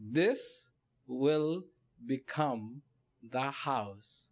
this will become the house